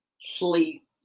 Sleep